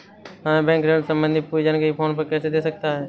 हमें बैंक ऋण संबंधी पूरी जानकारी फोन पर कैसे दे सकता है?